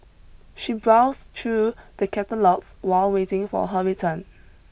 she browsed through the catalogues while waiting for her return